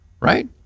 right